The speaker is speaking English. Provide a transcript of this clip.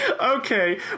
Okay